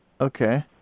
Okay